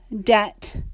debt